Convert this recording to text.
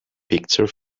picture